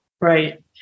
Right